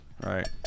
right